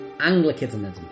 Anglicanism